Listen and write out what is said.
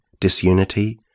disunity